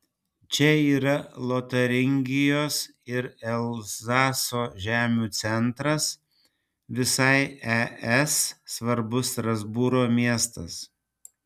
čia yra ir lotaringijos ir elzaso žemių centras visai es svarbus strasbūro miestas